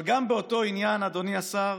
אבל גם באותו עניין, אדוני השר,